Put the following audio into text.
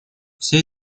все